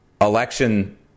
election